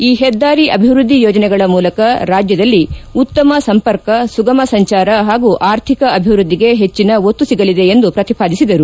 ಈ ಹೆದ್ದಾರಿ ಅಭಿವೃದ್ದಿ ಯೋಜನೆಗಳ ಮೂಲಕ ರಾಜ್ಯದಲ್ಲಿ ಉತ್ತಮ ಸಂಪರ್ಕ ಸುಗಮ ಸಂಚಾರ ಹಾಗೂ ಆರ್ಥಿಕ ಅಭಿವೃದ್ದಿಗೆ ಹೆಚ್ಚಿನ ಒತ್ತು ಸಿಗಲಿದೆ ಎಂದು ಪ್ರತಿಪಾದಿಸಿದರು